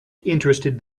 interested